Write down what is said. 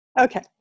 Okay